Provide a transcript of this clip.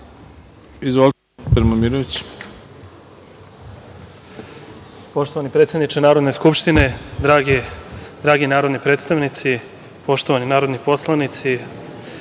Zahvaljujem. Poštovani predsedniče Narodne skupštine, dragi narodni predstavnici, poštovani narodni poslanici,